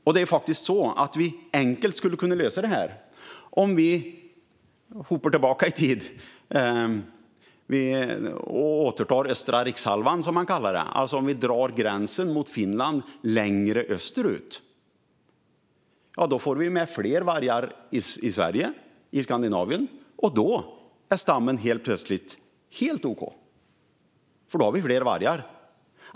Vi skulle faktiskt enkelt kunna lösa detta om vi hoppar tillbaka i tiden och återtar östra rikshalvan, som man kallar det, alltså om vi drar gränsen mot Finland längre österut. Då får vi med fler vargar i Sverige och i Skandinavien, och då är stammen helt plötsligt helt okej för då har vi fler vargar.